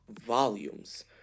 volumes